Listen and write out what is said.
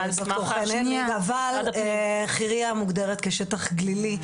אבל חירייה מוגדרת כשטח גלילי.